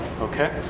okay